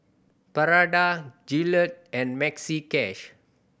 Prada Gillette and Maxi Cash